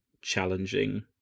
challenging